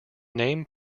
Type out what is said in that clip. name